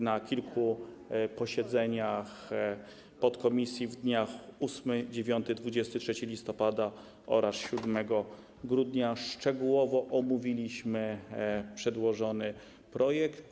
Na kilku posiedzeniach podkomisji w dniach 8, 9, 23 listopada oraz 7 grudnia szczegółowo omówiliśmy przedłożony projekt.